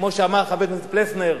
כמו שאמר חבר הכנסת פלסנר,